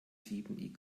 sieben